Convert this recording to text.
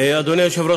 אדוני היושב-ראש,